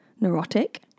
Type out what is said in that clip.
neurotic